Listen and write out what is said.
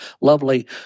lovely